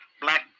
black